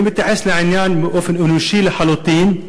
אני מתייחס לעניין באופן אישי לחלוטין.